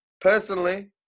personally